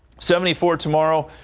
seventy four tomorrow,